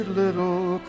little